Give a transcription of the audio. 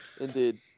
Indeed